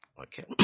Okay